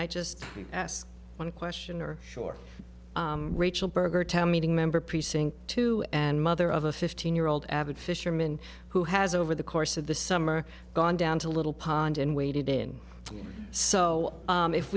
i just ask one question are sure rachel berger town meeting member precinct two and mother of a fifteen year old avid fisherman who has over the course of the summer gone down to little pond and waded in so